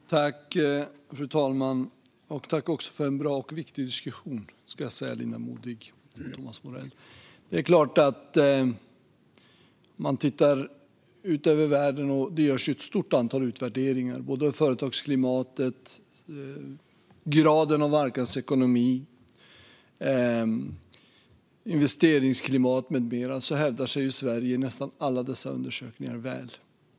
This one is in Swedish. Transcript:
Fru talman! Jag vill tacka Linda Modig och Thomas Morell för en bra och viktig diskussion. Det är klart att vi tittar ut över världen. Det görs också ett stort antal utvärderingar av företagsklimat, graden av marknadsekonomi, investeringsklimat med mera. Sverige hävdar sig väl i nästan alla dessa undersökningar.